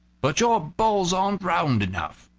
but your balls aren't round enough.